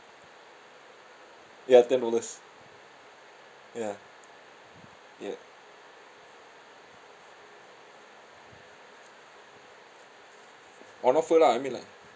ya ten dollars ya ya on offer lah I mean like